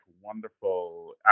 wonderful